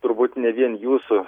turbūt ne vien jūsų